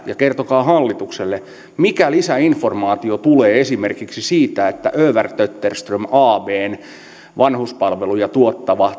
ja kertokaa hallitukselle mikä lisäinformaatio tulee esimerkiksi siitä että övertötterström abn vanhuspalveluja tuottavan